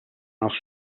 els